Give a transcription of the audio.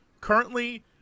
currently